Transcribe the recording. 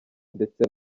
ndetse